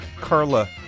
Carla